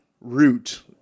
root